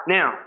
Now